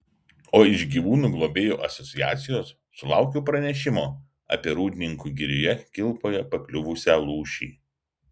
o iš gyvūnų globėjų asociacijos sulaukiau pranešimo apie rūdninkų girioje kilpoje pakliuvusią lūšį